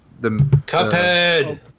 Cuphead